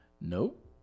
Nope